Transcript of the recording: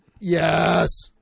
Yes